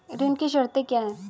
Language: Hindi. ऋण की शर्तें क्या हैं?